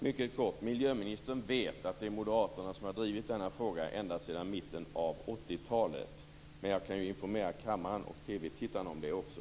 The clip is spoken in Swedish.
Fru talman! Miljöministern vet att det är Moderaterna som har drivit denna fråga ända sedan mitten av 80-talet. Men jag kan ju informera kammaren och TV-tittarna om det också.